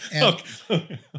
Okay